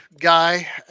guy